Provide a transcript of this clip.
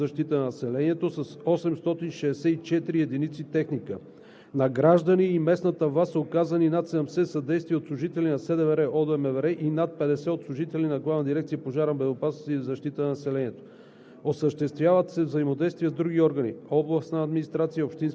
на населението“ с 864 единици техника. На граждани и местната власт са оказани над 70 съдействия от служители на СДВР и ОДМВР и над 50 от служители на Главна